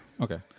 Okay